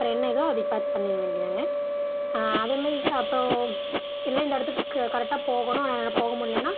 அப்புறம் என்ன எதோ அதை பாத்து பண்ணிட வேண்டியதாங்க அதேமாரி ச அப்றம் இல்லை இந்த இடத்துக்கு க கரெக்டாக போகணும் ஆனால் என்னால் போக முடிலேன்னா